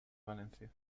valencia